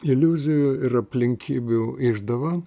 iliuzijų ir aplinkybių išdava